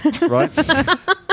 right